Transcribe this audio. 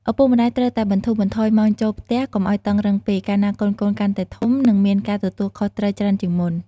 ឪពុកម្តាយត្រូវតែបន្ថូរបន្ថយម៉ោងចូលផ្ទះកុំឱ្យតឹងរឹងពេក កាលណាកូនៗកាន់តែធំ និងមានការទទួលខុសត្រូវច្រើនជាងមុន។